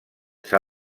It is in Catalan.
s’ha